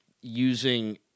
using